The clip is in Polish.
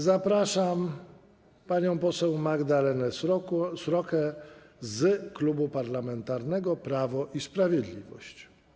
Zapraszam panią poseł Magdalenę Srokę z Klubu Parlamentarnego Prawo i Sprawiedliwość.